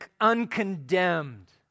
uncondemned